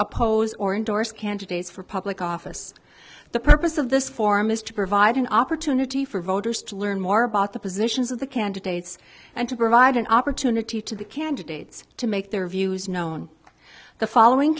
oppose or endorse candidates for public office the purpose of this forum is to provide an opportunity for voters to learn more about the positions of the candidates and to provide an opportunity to the candidates to make their views known the following